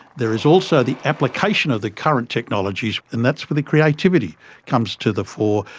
there is also the application of the current technologies and that's where the creativity comes to the fore,